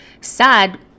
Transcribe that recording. SAD